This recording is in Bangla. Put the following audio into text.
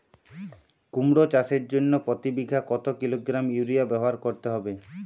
কুমড়ো চাষের জন্য প্রতি বিঘা কত কিলোগ্রাম ইউরিয়া ব্যবহার করতে হবে?